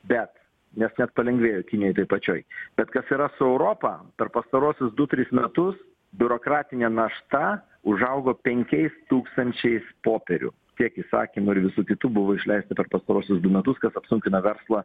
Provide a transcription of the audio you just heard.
bet nes net palengvėjo kinijoj toj pačioj bet kas yra su europa per pastaruosius du tris metus biurokratinė našta užaugo penkiais tūkstančiais popierių tiek įsakymų ir visų kitų buvo išleista per pastaruosius du metus kas apsunkina verslą